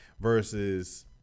Versus